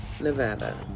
Nevada